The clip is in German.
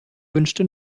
wünschte